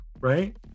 right